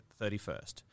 31st